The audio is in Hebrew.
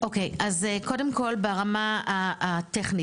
אוקיי, אז קודם כל ברמה הטכנית.